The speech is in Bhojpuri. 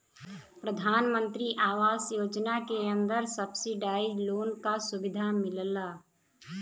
प्रधानमंत्री आवास योजना के अंदर सब्सिडाइज लोन क सुविधा मिलला